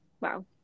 wow